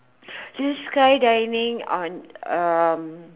actually skydiving on a